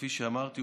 כפי שאמרתי,